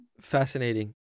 Fascinating